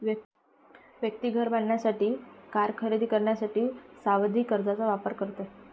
व्यक्ती घर बांधण्यासाठी, कार खरेदी करण्यासाठी सावधि कर्जचा वापर करते